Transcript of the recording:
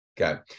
Okay